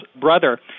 brother